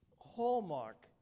hallmark